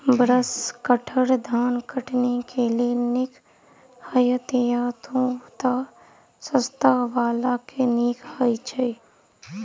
Brush cutter धान कटनी केँ लेल नीक हएत या नै तऽ सस्ता वला केँ नीक हय छै?